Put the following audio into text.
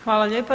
Hvala lijepa.